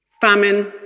famine